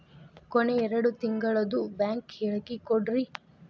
ಕೊನೆ ಎರಡು ತಿಂಗಳದು ಬ್ಯಾಂಕ್ ಹೇಳಕಿ ಕೊಡ್ರಿ